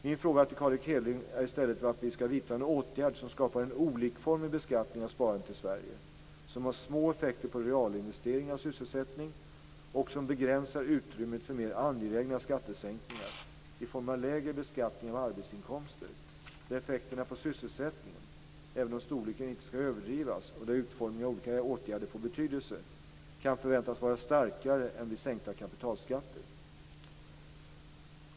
Min fråga till Carl Erik Hedlund är i stället varför vi skall vidta en åtgärd som skapar en olikformig beskattning av sparandet i Sverige, som har små effekter på realinvesteringar och sysselsättning och som begränsar utrymmet för mer angelägna skattesänkningar i form av lägre beskattning av arbetsinkomster, där effekterna på sysselsättningen - även om storleken inte skall överdrivas och utformningen av olika åtgärder får betydelse - kan förväntas vara starkare än vid sänkta kapitalskatter.